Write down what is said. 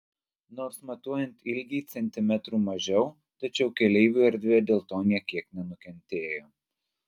nors matuojant ilgį centimetrų mažiau tačiau keleivių erdvė dėl to nė kiek nenukentėjo